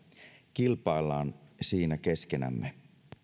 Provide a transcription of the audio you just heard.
kilpaillaan siinä keskenämme